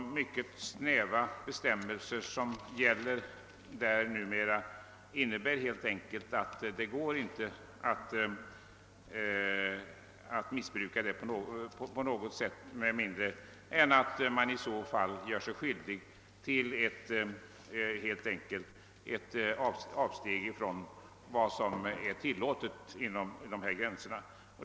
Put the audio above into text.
De mycket snäva bestämmelser som numera gäller innebär helt enkelt att det inte går att missbruka möjligheterna på något sätt utan att man gör sig skyldig till avsteg från vad som är tillåtet inom dessa gränser.